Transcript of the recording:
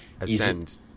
Ascend